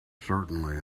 certainly